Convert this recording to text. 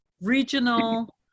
regional